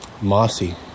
Mossy